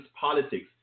politics